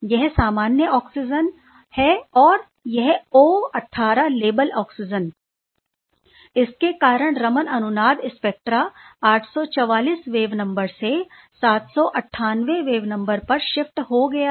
यह सामान्य ऑक्सीजन है और फिर यह ओ 18 लेबल ऑक्सीजन इसके कारण रमन अनुनाद स्पेक्ट्रा 844 वेब नंबर से 798 वेव नंबर में शिफ्ट हो गया है